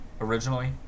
originally